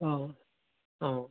অঁ অঁ